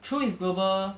true is global